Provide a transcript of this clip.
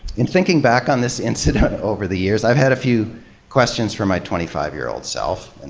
in thinking back on this incident over the years, i've had a few questions for my twenty five year old self. and